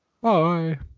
bye